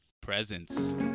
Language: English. presents